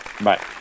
Bye